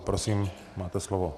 Prosím máte slovo.